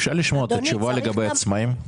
אפשר לשמוע את התשובה לגבי העצמאים?